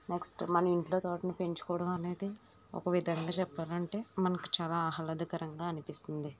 next మన ఇంట్లో తోటని పెంచుకోవడం అనేది ఒక విధంగా చెప్పాలంటే మనకు చాలా ఆహ్లాదకరంగా అనిపిస్తుంది